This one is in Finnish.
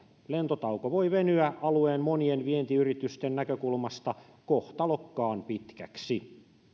lentotauko voi venyä alueen monien vientiyritysten näkökulmasta kohtalokkaan pitkäksi